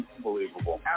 Unbelievable